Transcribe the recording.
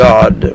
God